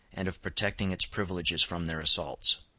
and of protecting its privileges from their assaults.